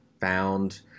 found